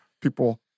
people